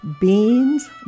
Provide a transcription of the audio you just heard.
beans